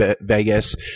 Vegas